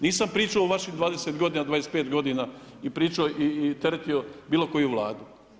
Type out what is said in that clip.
Nisam pričao u vaših 20 godina, 25 godina pričao i teretio bilo koju Vladu.